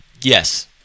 Yes